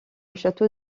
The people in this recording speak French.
château